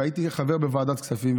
והייתי חבר בוועדת הכספים,